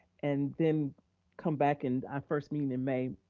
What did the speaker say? and then come back and our first meeting in may,